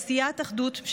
עשיית אחדות,